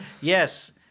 Yes